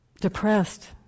depressed